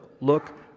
Look